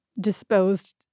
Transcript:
disposed